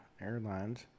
Airlines